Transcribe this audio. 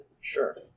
Sure